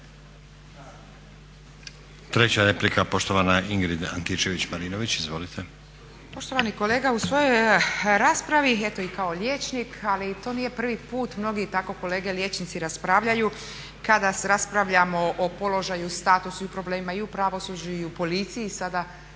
Treća replika poštovana Ingrid Antičević-Marinović. Izvolite. **Antičević Marinović, Ingrid (SDP)** Poštovani kolega, u svojoj raspravi, eto i kao liječnik, ali i to nije prvi put, mnogi tako kolege liječnici raspravljaju kada raspravljamo o položaju, statusi i problemima i u pravosuđu i u policiji, sada